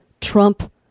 Trump